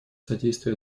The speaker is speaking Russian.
содействие